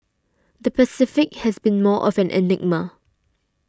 the Pacific has been more of an enigma